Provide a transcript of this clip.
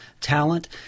talent